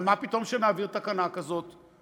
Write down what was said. אבל מה פתאום שנעביר תקנה כזו?